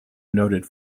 noted